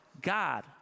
God